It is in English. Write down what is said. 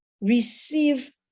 receive